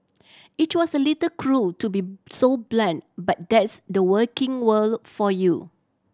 it was a little cruel to be so blunt but that's the working world for you